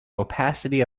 opacity